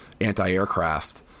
anti-aircraft